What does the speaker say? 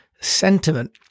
sentiment